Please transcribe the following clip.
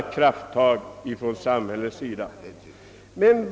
Här måste samhället verkligen ta krafttag.